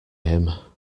him